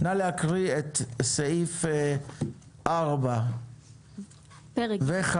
נא להקריא את סעיף 4 ו-5